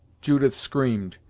judith screamed,